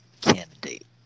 candidate